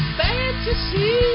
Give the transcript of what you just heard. fantasy